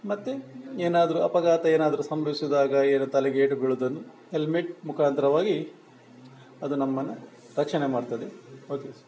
ಮತ್ತೆ ಏನಾದರು ಅಪಘಾತ ಏನಾದರು ಸಂಭವಿಸಿದಾಗ ಏನು ತಲೆಗೆ ಏಟು ಬೀಳೋದನ್ನು ಹೆಲ್ಮೆಟ್ ಮುಖಾಂತರವಾಗಿ ಅದು ನಮ್ಮನ್ನು ರಕ್ಷಣೆ ಮಾಡ್ತದೆ ಓಕೆ ಸರ್